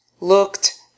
looked